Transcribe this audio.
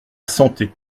sentait